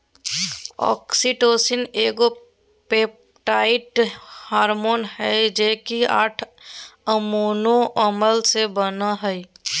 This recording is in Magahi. ऑक्सीटोसिन एगो पेप्टाइड हार्मोन हइ जे कि आठ अमोनो अम्ल से बनो हइ